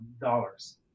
dollars